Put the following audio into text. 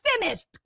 finished